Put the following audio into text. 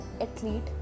athlete